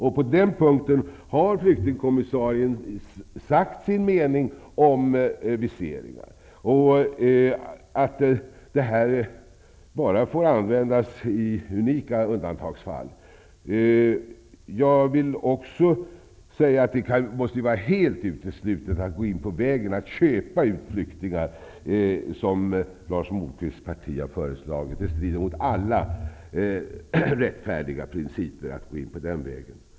Flyktingkommissarien har sagt sin mening om viseringar. De får bara användas i unika undantagsfall. Det måste vara helt uteslutet att gå in på vägen och köpa ut flyktingar som Lars Moquists parti har föreslagit. Det strider mot alla rättfärdiga principer.